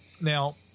Now